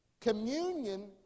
Communion